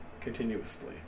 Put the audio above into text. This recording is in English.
continuously